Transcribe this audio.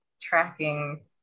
tracking